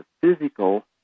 physical